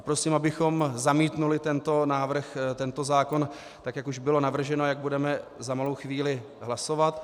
Prosím, abychom zamítli tento návrh, tento zákon, jak již bylo navrženo, jak budeme za malou chvíli hlasovat.